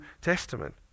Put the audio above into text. Testament